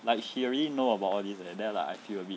like she already know about all these leh then like I feel a bit